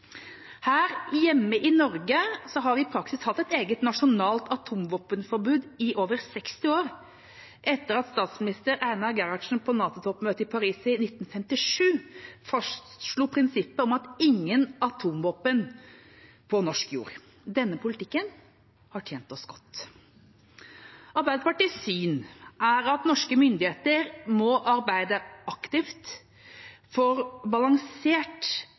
Her hjemme i Norge har vi i praksis hatt et eget nasjonalt atomvåpenforbud i over 60 år, etter at statsminister Einar Gerhardsen på NATO-toppmøtet i Paris i 1957 fastslo prinsippet om ingen atomvåpen på norsk jord. Denne politikken har tjent oss godt. Arbeiderpartiets syn er at norske myndigheter må arbeide aktivt for balansert